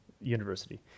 university